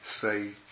say